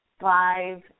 five